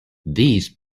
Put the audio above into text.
these